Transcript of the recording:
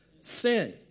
Sin